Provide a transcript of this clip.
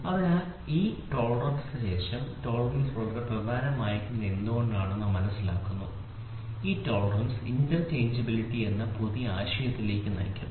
അതിനാൽ ഈ ടോളറൻസ് ശേഷം ഈ ടോളറൻസ് വളരെ പ്രധാനമായിരിക്കുന്നത് എന്തുകൊണ്ട് മനസ്സിലാക്കിയതിനു ശേഷം ഈ ടോളറൻസ് ഇന്റർചേഞ്ച്ബിലിറ്റി എന്ന പുതിയ ആശയത്തിലേക്ക് നയിക്കുന്നു